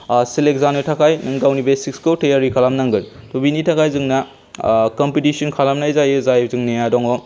select जानो थाखाय नों गावनि बेसिक्सखौ थियारि खालामनांगोन त' बिनि थाखाय जोंना कम्पिटिस'न खालामनाय जायो जाय जोंनिया दङ